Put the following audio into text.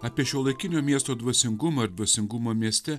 apie šiuolaikinio miesto dvasingumą ir dvasingumą mieste